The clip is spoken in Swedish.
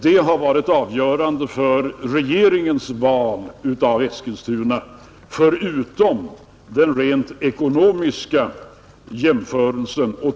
Det har varit avgörande för regeringens val av Eskilstuna förutom den rent ekonomiska jämförelsen.